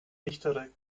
dichtere